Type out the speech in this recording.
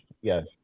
Yes